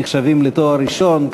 נחשבים לתואר ראשון.